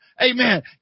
Amen